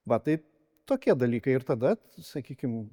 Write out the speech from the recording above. va tai tokie dalykai ir tada sakykim